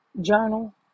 journal